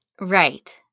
Right